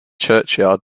churchyard